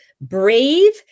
brave